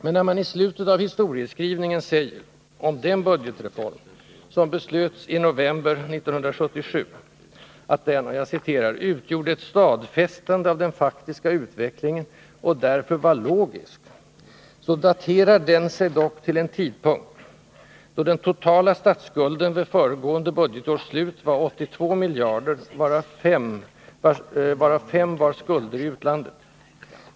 Men när man i slutet av historieskrivningen säger om den budgetreform som beslöts i november 1977, att den ”utgjorde ett stadfästande av den faktiska utvecklingen” och därför var ”logisk”, så daterar den sig dock till en tidpunkt då den totala statsskulden vid föregående budgetårs slut var 82 miljarder, varav 5 miljarder var skulder i utlandet.